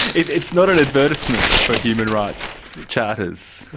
it's not an advertisement for human rights charters.